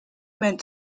meant